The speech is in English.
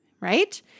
right